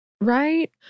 right